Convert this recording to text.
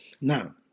Now